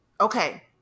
Okay